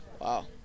Wow